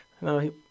No